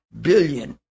billion